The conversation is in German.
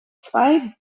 zwei